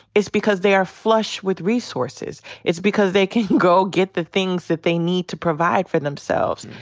it's because they are flush with resources. it's because they can go get the things that they need to provide for themselves.